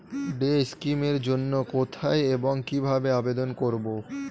Day scheme এর জন্য কোথায় এবং কিভাবে আবেদন করব?